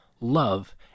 love